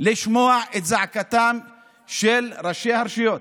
לשמוע את זעקתם של ראשי הרשויות.